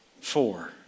Four